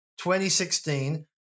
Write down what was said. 2016